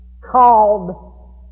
called